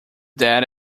that